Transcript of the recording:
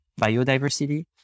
biodiversity